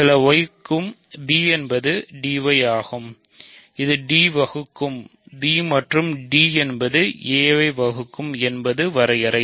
சில y க்கு b என்பது dy ஆகும் இது d வகுக்கும் b மற்றும் d என்பது a ஐ வகுக்கும் என்பது வரையறை